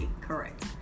correct